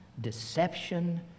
deception